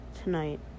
tonight